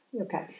okay